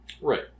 Right